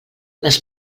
les